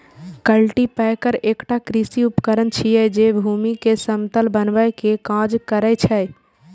cultipacker एकटा कृषि उपकरण छियै, जे भूमि कें समतल बनबै के काज करै छै